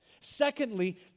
Secondly